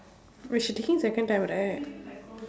wait she taking second time right